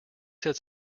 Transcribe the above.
said